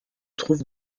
trouve